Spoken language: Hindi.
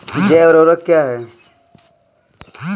जैव ऊर्वक क्या है?